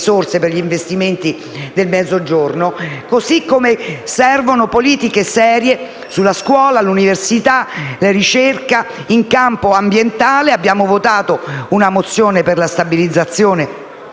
per investimenti nel Mezzogiorno. Servono inoltre politiche serie sulla scuola, l'università, la ricerca. In campo ambientale abbiamo votato una mozione per la stabilizzazione